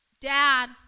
dad